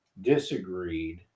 disagreed